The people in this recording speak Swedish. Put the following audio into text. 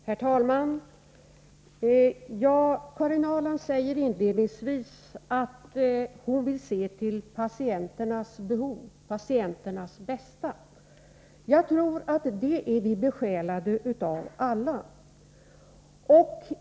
Herr talman! Karin Ahrland säger inledningsvis att hon vill se till patienternas behov, patienternas bästa. Jag tror att vi alla är besjälade av det.